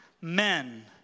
Men